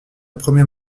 premier